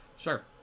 Sure